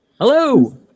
Hello